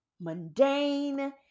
mundane